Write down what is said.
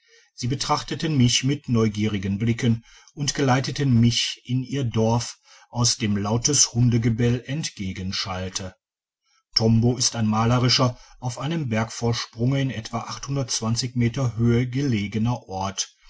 sie betrachteten mich mit neugierigen blicken und geleiteten mich in ihr dorf aus dem lautes hundegebell entgegenschallte tombo ist ein malerischer auf einem bergvorsprunge in etwa meter höhe gelegener ort